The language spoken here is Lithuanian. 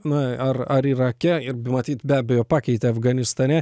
na ar ar irake ir matyt be abejo pakeitė afganistane